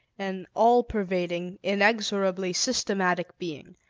an all-pervading, inexorably systematic being,